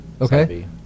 Okay